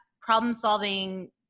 problem-solving